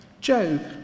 Job